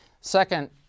Second